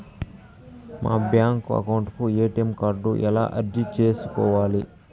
మా bank account కు ATM card ఎలా అర్జీ సేసుకోవాలి?